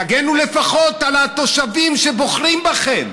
תגנו לפחות על התושבים שבוחרים בכם.